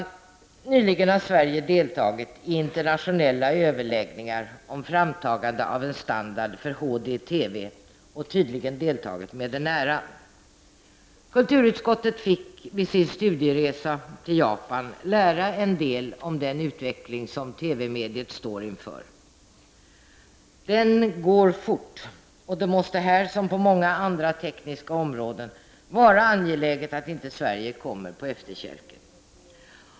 Sverige har nyligen deltagit i internationella överläggningar för framtagande av en standard för HDTV, och tydligen deltagit med den äran. Kulturutskottet fick vid sin studieresa till Japan lära en del om den utveckling som TV-mediet står inför. Utvecklingen går fort, och det måste här, liksom på många andra tekniska områden, vara angeläget att Sverige inte kommer på efterkälken.